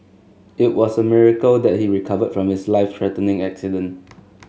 it was a miracle that he recovered from his life threatening accident